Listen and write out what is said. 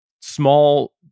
small